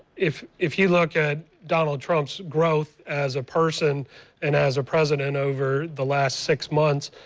if if you look at don't trump's growth as a person and as a president over the last six months,